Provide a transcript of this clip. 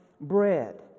bread